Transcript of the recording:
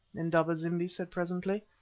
indaba-zimbi said, presently.